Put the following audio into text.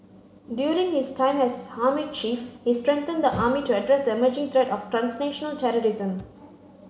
during his time as army chief he strengthened the army to address the emerging threat of transnational terrorism